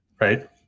Right